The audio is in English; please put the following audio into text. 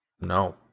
no